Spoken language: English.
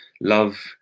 love